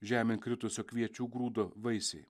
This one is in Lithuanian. žemėn kritusio kviečių grūdo vaisiai